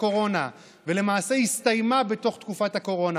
הקורונה ולמעשה הסתיימה בתוך תקופת הקורונה,